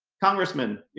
congressman,